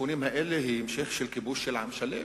הסיכונים האלה הם המשך של כיבוש של עם שלם,